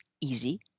easy